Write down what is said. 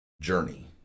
journey